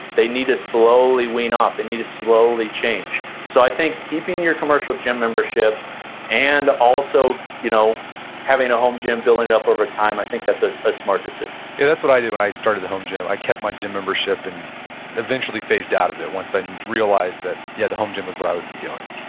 they need to slowly wean off, they and need to slowly change. so i think, keeping your commercial gym membership and also you know having a home gym, building it up over time, i think that's ah a smart decision yeah, that's what i do when i started a home gym, i kept my gym membership and eventually phased out of it once i and realized that, yeah, the home gym is what i would be doing.